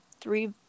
Three